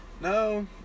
No